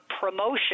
Promotion